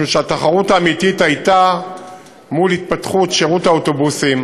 משום שהתחרות האמיתית הייתה מול התפתחות שירות האוטובוסים,